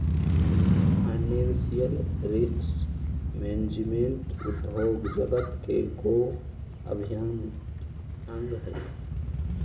financial risk management उद्योग जगत के गो अभिन्न अंग हई